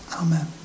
Amen